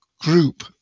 group